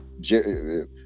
jerry